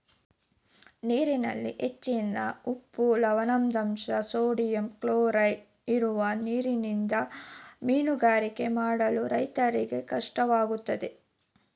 ನೀರಿನಲ್ಲಿ ಹೆಚ್ಚಿನ ಉಪ್ಪು, ಲವಣದಂಶ, ಸೋಡಿಯಂ ಕ್ಲೋರೈಡ್ ಇರುವ ನೀರಿನಿಂದ ಮೀನುಗಾರಿಕೆ ಮಾಡಲು ರೈತರಿಗೆ ಕಷ್ಟವಾಗುತ್ತದೆ